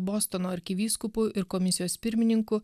bostono arkivyskupu ir komisijos pirmininku